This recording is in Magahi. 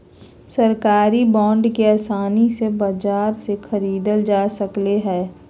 सरकारी बांड के आसानी से बाजार से ख़रीदल जा सकले हें